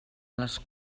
les